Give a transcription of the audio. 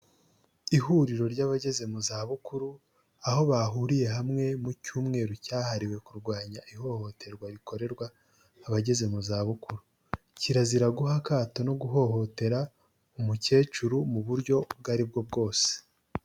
Ihuriro ry'abageze mu za bukuru aho bahuriye hamwe mu cyumweru cyahariwe kurwanya ihohoterwa rikorerwa abageze mu za bukuru, kirazira guha akato no guhohotera umukecuru mu buryo ubwo ari bwo bwose.